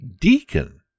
deacon